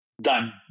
done